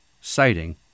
citing